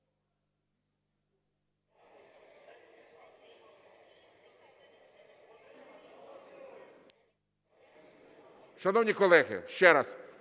Шановні колеги, ще раз.